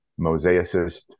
mosaicist